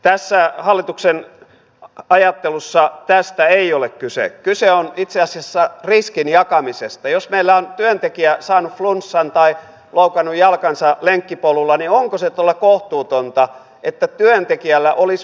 tässä hallituksen ajattelussa päästä ei ole kyse ei kyse on itse asiassa riskin jakamisesta jos meillä on työntekijä saanut flunssan tai loukannut jalkansa lenkkipolulla niin onko se tule kohtuutonta että työntekijällä olis